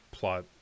plot